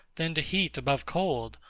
than to heat above cold,